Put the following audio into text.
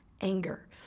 anger